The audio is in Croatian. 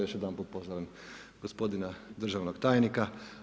Još jedanput pozdravljam gospodina državnog tajnika.